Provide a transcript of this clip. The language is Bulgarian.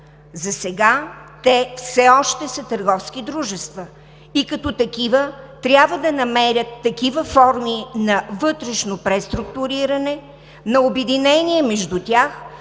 Засега те все още са търговски дружества и като такива трябва да намерят такива форми на вътрешно преструктуриране, на обединения между тях,